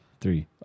three